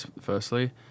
firstly